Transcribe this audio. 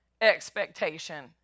expectation